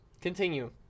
Continue